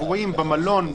אירועים במלון,